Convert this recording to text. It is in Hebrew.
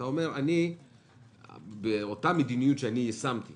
אתה אומר: באותה מדיניות שיישמתי